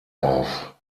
auf